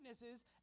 witnesses